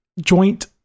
joint